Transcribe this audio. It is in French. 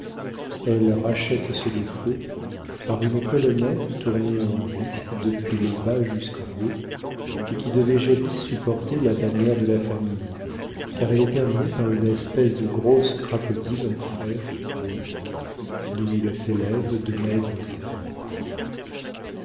elle rachète ce défaut par une colonnette tournée en vis depuis le bas jusqu'en haut et qui devait jadis supporter la bannière de la famille car elle est terminée par une espèce de grosse crapaudine en fer rouillé d'où il s'élève de maigres herbes